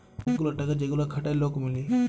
ওলেক গুলা টাকা যেগুলা খাটায় লক মিলে